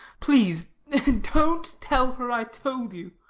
please don't tell her i told you.